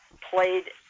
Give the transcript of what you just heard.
played